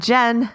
Jen